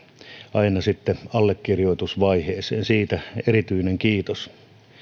aina sitten allekirjoitusvaiheeseen siitä erityinen kiitos